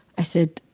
i said,